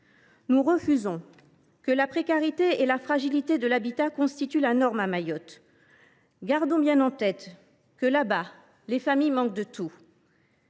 Nous refusons que la précarité et la fragilité de l’habitat constituent la norme à Mayotte. Gardons bien en tête que, là bas, les familles manquent de tout.